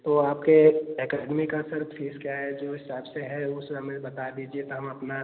तो आपके एकेडमी का सर फीस क्या है जो हिसाब से है उस हमें बता दीजिए तो हम अपना